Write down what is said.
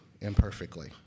imperfectly